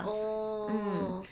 oh